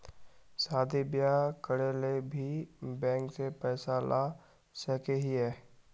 शादी बियाह करे ले भी बैंक से पैसा ला सके हिये?